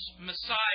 messiah